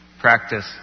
practice